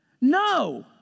No